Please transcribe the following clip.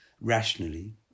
rationally